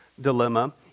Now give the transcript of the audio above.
dilemma